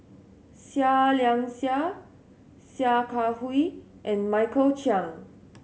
Seah Liang Seah Sia Kah Hui and Michael Chiang